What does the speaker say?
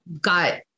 got